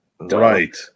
Right